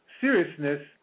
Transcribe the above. seriousness